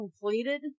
completed